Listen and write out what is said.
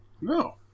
no